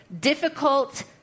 Difficult